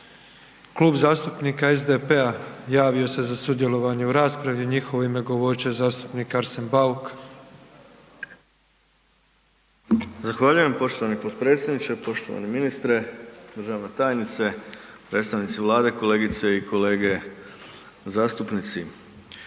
Klub zastupnika SDP-a javio se za sudjelovanje u raspravi, u njihovo ime govorit će zastupnik Arsen Bauk. **Bauk, Arsen (SDP)** Zahvaljujem poštovani potpredsjedniče, poštovani ministre, državna tajnice, predstavnici Vlade, kolegice i kolege zastupnici.